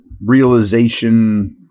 realization